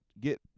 get